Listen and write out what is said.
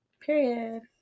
Period